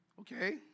Okay